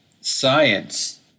Science